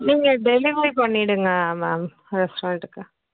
நீங்கள் டெலிவரி பண்ணிவிடுங்க மேம் ரெஸ்ட்டாரண்ட்டுக்கு